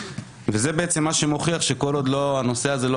וזה בעצם מה שמוכיח שכל עוד הנושא הזה לא